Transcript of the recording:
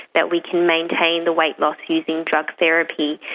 that we can maintain the weight loss using drug therapy,